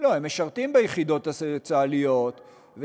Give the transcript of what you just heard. ביחידות הצה"ליות?